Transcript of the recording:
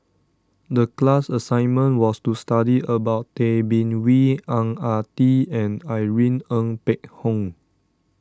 the class assignment was to study about Tay Bin Wee Ang Ah Tee and Irene Ng Phek Hoong